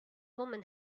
woman